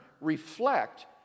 reflect